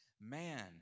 Man